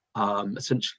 essentially